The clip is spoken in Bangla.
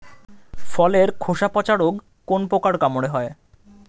ফলের খোসা পচা রোগ কোন পোকার কামড়ে হয়?